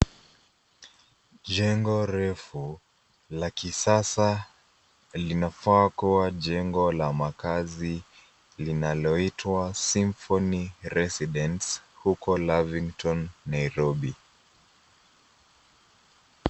Jengo refu la kisasa linafaa kuwa jengo la makazi linaloitwa Symphony Residence huko Lavington, Nairobi.